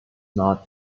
not